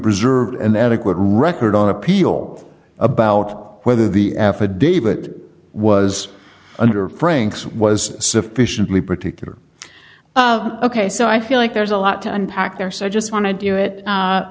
preserved an adequate record on appeal about whether the affidavit was under franks was sufficiently particular ok so i feel like there's a lot to unpack there so i just want to do it